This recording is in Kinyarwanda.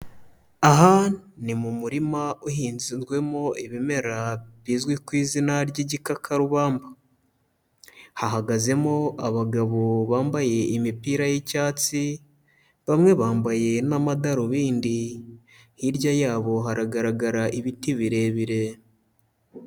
Aha ni mu murima uhinzwemo ibimera bizwi ku izina ry'igikakarubamba, hahagazemo abagabo bambaye imipira y'icyatsi, bamwe bambaye n'amadarubindi, hirya yabo haragaragara ibiti birebire.